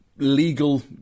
legal